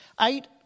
Eight